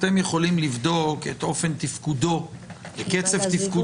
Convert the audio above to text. אתם יכולים לבדוק את אופן תפקודו וקצב תפקודו.